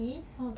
mmhmm